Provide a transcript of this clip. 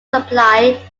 supply